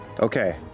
Okay